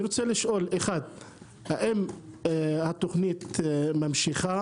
אני רוצה לשאול האם התוכנית ממשיכה